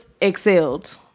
excelled